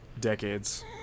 decades